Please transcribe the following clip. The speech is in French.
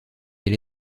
elle